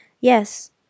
Yes